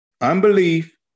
unbelief